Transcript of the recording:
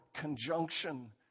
conjunction